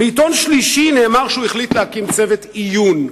בעיתון שלישי נאמר שהוא החליט להקים צוות עיון,